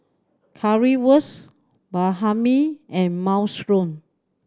Currywurst Banh Mi and Minestrone